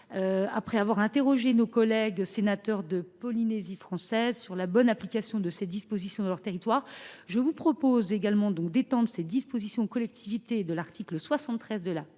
après avoir interrogé nos collègues sénateurs de Polynésie française sur la bonne application de cette disposition dans leur territoire, je vous propose donc d’étendre ces dispositions aux collectivités régies par l’article 73 de la